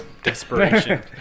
Desperation